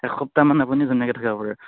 একসপ্তাহমান আপুনি ধুনিয়াকে থাকিব পাৰে